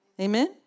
Amen